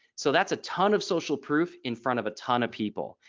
so that's a ton of social proof in front of a ton of people.